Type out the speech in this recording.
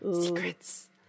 Secrets